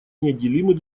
неотделимы